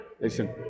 listen